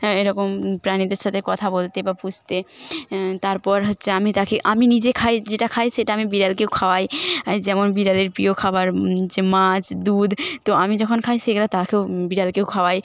হ্যাঁ এরকম প্রাণীদের সাথে কথা বলতে বা পুষতে তারপর হচ্ছে আমি তাকে আমি নিজে খাই যেটা খাই সেটা আমি বিড়ালকেও খাওয়াই যেমন বিড়ালের প্রিয় খাবার হচ্ছে মাজ দুধ তো আমি যখন খাই সেগুলা তাকেও বিড়ালকেও খাওয়াই